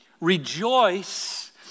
rejoice